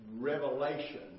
revelation